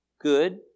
good